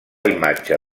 imatge